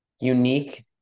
unique